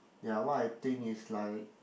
ya what I think is like